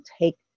take